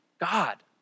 God